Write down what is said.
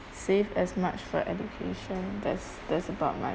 save as much for education that's that's about my